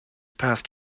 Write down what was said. past